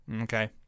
okay